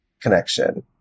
connection